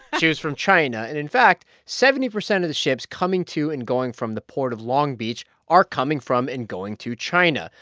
shoes from china. and in fact, seventy percent of the ships coming to and going from the port of long beach are coming from and going to china.